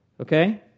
Okay